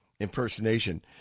impersonation